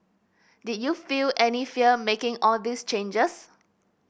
did you feel any fear making all these changes